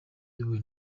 iyobowe